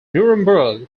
nuremberg